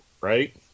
right